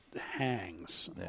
hangs